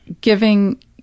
giving